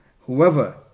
whoever